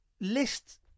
list